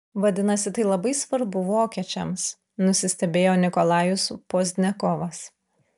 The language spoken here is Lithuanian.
vadinasi tai labai svarbu vokiečiams nusistebėjo nikolajus pozdniakovas